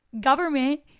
government